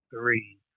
three